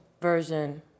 version